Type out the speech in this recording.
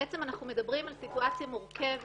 בעצם אנחנו מדברים על סיטואציה מורכבת,